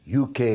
UK